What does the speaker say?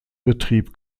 betrieb